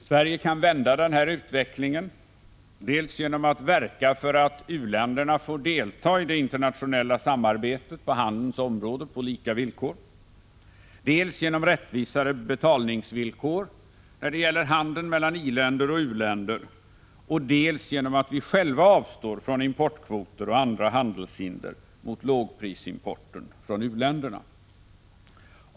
Sverige kan vända denna utveckling, dels genom att verka för att u-länderna får delta i det internationella samarbetet på handelns område på lika villkor, dels genom rättvisare betalningsvillkor för handeln mellan i-länder och u-länder, dels genom att vi själva avstår från importkvoter och andra handelshinder mot lågprisimporten från u-länderna.